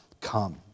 come